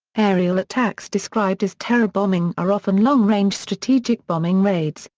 aerial attacks described as terror bombing are often long range strategic bombing raids,